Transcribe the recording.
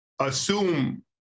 assume